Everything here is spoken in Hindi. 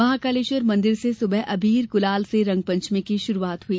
महाकालेश्वर मंदिर से सुबह अबीर गुलाल से रंगपंचमी की शुरुआत हई